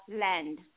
land